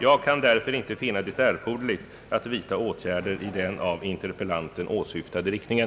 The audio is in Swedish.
Jag kan därför inte finna det erforderligt att vidta åtgärder i den av interpellanten åsyftade riktningen.